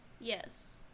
yes